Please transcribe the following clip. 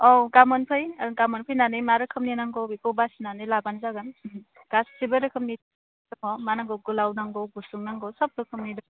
औ गामोन फै गामोन फैनानै मा रोखोमनि नांगौ बेखौ बासिनानै लाबानो जागोन गासिबो रोखोमनि दङ मा नांगौ गोलाव नांगौ गुसुं नांगौ सोब रोखोमनि दङ